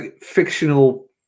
fictional